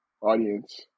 audience